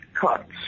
cuts